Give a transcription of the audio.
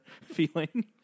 feeling